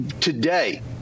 today